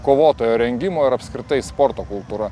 kovotojo rengimo ir apskritai sporto kultūra